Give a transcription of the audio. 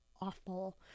awful